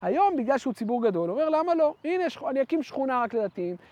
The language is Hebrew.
היום בגלל שהוא ציבור גדול, הוא אומר למה לא, הנה, אני אקים שכונה רק לדתיים.